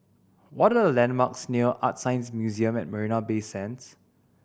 what are the landmarks near Art Science Museum at Marina Bay Sands